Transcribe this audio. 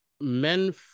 men